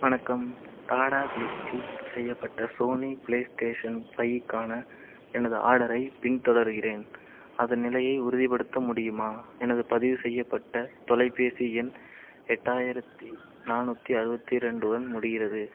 வணக்கம் டாடா க்ளிக்கில் செய்யப்பட்ட சோனி ப்ளேஸ்டேஷன் ஃபையிக்கான எனது ஆர்டரைப் பின்தொடர்கிறேன் அதன் நிலையை உறுதிப்படுத்த முடியுமா எனது பதிவு செய்யப்பட்ட தொலைபேசி எண் எட்டாயிரத்தி நானூற்றி அறுபத்தி ரெண்டுடன் முடிகிறது